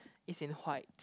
it's in white